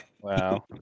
Wow